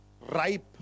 ripe